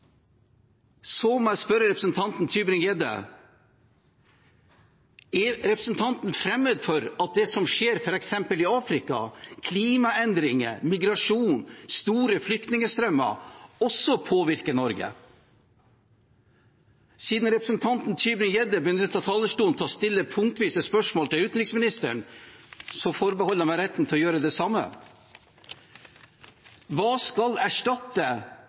Så må jeg spørre representanten Tybring-Gjedde: Er representanten fremmed for at det som skjer f.eks. i Afrika – klimaendringer, migrasjon, store flyktningstrømmer – også påvirker Norge? Siden representanten Tybring-Gjedde benyttet talerstolen til å stille punktvise spørsmål til utenriksministeren, forbeholder jeg meg retten til å gjøre det samme: Hva skal erstatte